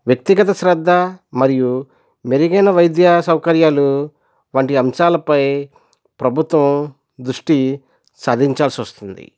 వ్యక్తిగత శ్రద్ధ మరియు మెరుగైన వైద్య సౌకర్యాలు వంటి అంశాలపై ప్రభుత్వం దృష్టి సాధించాల్సి వస్తుంది